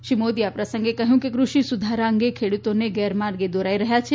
શ્રી મોદી આ પ્રસંગે કહથું કે કૃષિ સુધારા અંગે ખેડ઼તોને ગેર માર્ગે દોરાઇ રહ્યાં છે